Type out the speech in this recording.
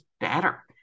better